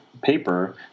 paper